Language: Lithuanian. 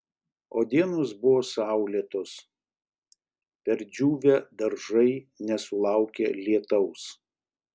o dienos buvo saulėtos perdžiūvę daržai nesulaukė lietaus